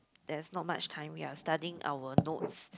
that's no much time we are studying our notes